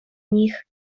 nich